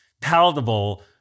palatable